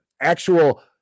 actual